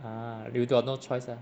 ah you got no choice lah